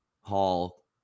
Hall